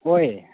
ꯍꯣꯏ